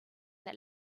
that